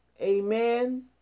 amen